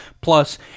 plus